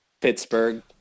Pittsburgh